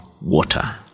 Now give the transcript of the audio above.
water